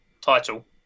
title